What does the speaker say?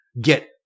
get